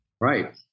Right